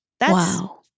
Wow